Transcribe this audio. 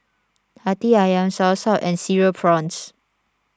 Hati Ayam Soursop and Cereal Prawns